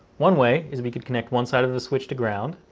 one way is we could connect one side of the switch to ground,